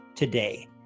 today